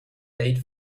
eight